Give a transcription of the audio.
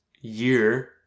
year